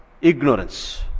Ignorance